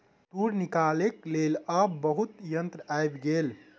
तूर निकालैक लेल आब बहुत यंत्र आइब गेल